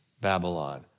Babylon